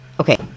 okay